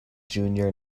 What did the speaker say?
junior